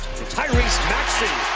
tyrese maxey,